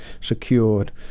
secured